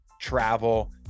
travel